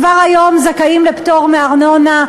כבר היום זכאים לפטור מארנונה,